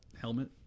helmet